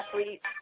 athletes